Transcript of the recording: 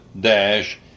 dash